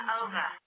over